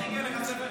איך הגעת אליך הספר?